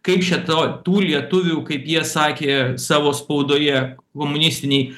kaip čia to tų lietuvių kaip jie sakė savo spaudoje komunistinėj